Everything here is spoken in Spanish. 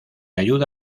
ayuda